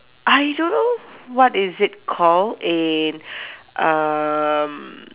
I don't know what is it called a um